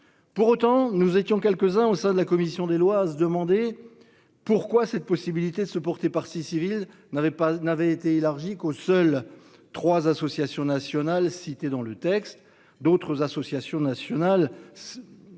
pour autant nous étions quelques-uns au sein de la commission des lois, se demander pourquoi cette possibilité se porter partie civile n'avait pas, n'avait été élargies qu'aux seuls 3 associations nationale, cité dans le texte, d'autres associations nationales